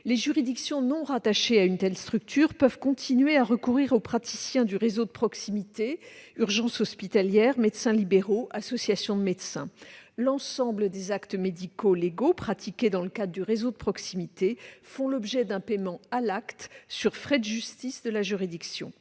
Les juridictions non rattachées à une telle structure peuvent continuer à recourir aux praticiens du réseau de proximité- urgences hospitalières, médecins libéraux, associations de médecins. L'ensemble des actes médico-légaux pratiqués dans le cadre du réseau de proximité font l'objet d'un paiement à l'acte sur frais de justice de la juridiction.